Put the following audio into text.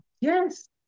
Yes